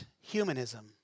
humanism